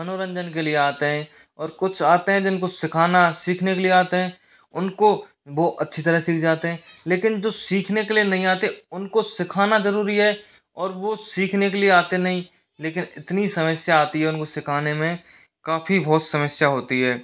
मनोरंजन के लिए आते हैं और कुछ आते हैं जिनको सीखाना सीखने के लिए आते हैं उनको वो अच्छी तरह सीख जाते हैं लेकिन जो सीखने के लिए नहीं आते उनको सिखाना जरूरी है और वो सीखने के लिए आते नहीं लेकिन इतनी समस्या आती है उनको सीखाने में काफ़ी बहुत समस्या होती है